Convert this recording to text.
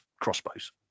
crossbows